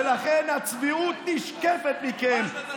ולכן הצביעות נשקפת מכם,